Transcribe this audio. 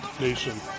nation